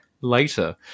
later